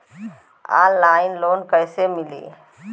Online loan कइसे मिली?